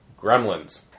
Gremlins